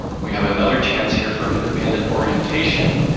we have another chance here for independent orientation,